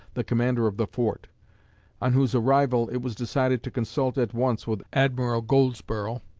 the commander of the fort on whose arrival it was decided to consult at once with admiral goldsborough,